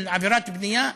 של עבירת בנייה,